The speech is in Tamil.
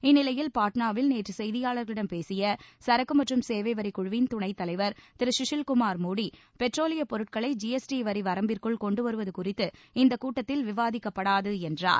இந்நிலையில் பாட்னாவில் நேற்று செய்தியாளர்களிடம் பேசிய சரக்கு மற்றும் சேவை வரி குழுவின் துணைத் தலைவர் திரு குஷில்குமார் மோடி பெட்ரோலிய பொருட்களை ஜிஎஸ்டி வரி வரம்பிற்குள் கொண்டு வருவது குறித்து இந்தக் கூட்டத்தில் விவாதிக்கப்படாது என்றார்